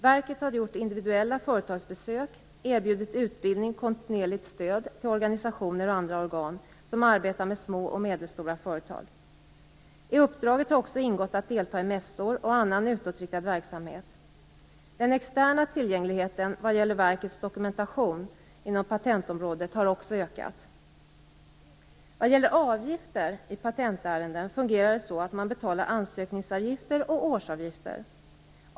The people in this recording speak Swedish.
Verket har gjort individuella företagsbesök, erbjudit utbildning och kontinuerligt stöd till organisationer och andra organ som arbetar med små och medelstora företag. I uppdraget har också ingått att delta i mässor och annan utåtriktad verksamhet. Den externa tillgängligheten vad gäller verkets dokumentation inom patentområdet har också ökat. Vad gäller avgifter i patentärenden fungerar det så att man betalar ansökningsavgifter och årsavgifter.